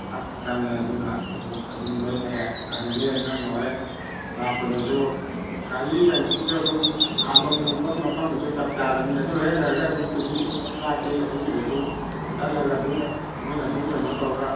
ꯈꯪꯉꯦ ꯈꯪꯉꯦ ꯑꯗꯨꯅ ꯑꯗꯨꯝ ꯂꯣꯏ ꯂꯩꯔꯦ ꯑꯗꯒꯤ ꯅꯪꯅ ꯍꯣꯔꯦꯟ ꯂꯥꯛꯄꯗꯁꯨ ꯒꯥꯔꯤ ꯀꯩꯅꯣꯒꯤꯁꯨ ꯑꯗꯨꯝ ꯈꯥꯝꯕꯝ ꯅꯨꯛꯐꯝ ꯃꯐꯝꯒꯤꯁꯨ ꯆꯞ ꯆꯥꯔꯕꯅꯤ ꯑꯗꯨ ꯍꯦꯛ ꯂꯩꯔꯒ ꯑꯗꯨꯝ ꯇꯤ ꯕꯤ ꯌꯣꯟꯐꯝ ꯃꯅꯥꯛꯀꯤ ꯑꯗꯨꯒꯤꯗꯁꯨ ꯆꯠꯂꯒ ꯑꯗꯨꯝ ꯃꯣꯏꯅ ꯑꯗꯨꯝ ꯀꯩꯅꯣ ꯇꯧꯔꯒ